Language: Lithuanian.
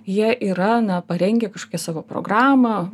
jie yra parengę kažkokią savo programą